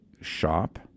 shop